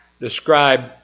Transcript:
describe